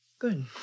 Good